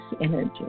energy